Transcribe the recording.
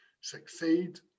succeed